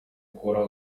akora